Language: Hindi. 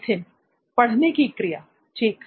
नित्थिन पढ़ने की क्रिया ठीक